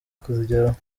kuzigeraho